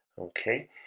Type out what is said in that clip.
okay